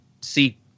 see